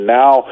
now